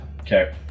Okay